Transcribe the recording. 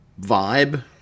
vibe